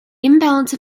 imbalance